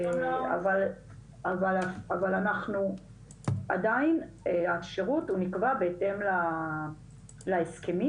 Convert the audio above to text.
אבל אנחנו עדיין, השירות הוא נקבע בהתאם להסכמים,